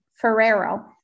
Ferrero